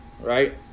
Right